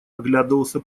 оглядывался